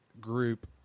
group